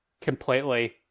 completely